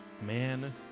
Man